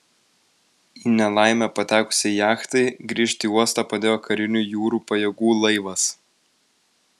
į nelaimę patekusiai jachtai grįžti į uostą padėjo karinių jūrų pajėgų laivas